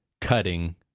cutting